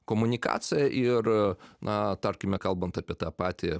komunikacija ir na tarkime kalbant apie tą patį